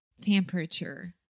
temperature